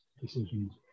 decisions